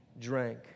drank